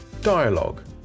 Dialogue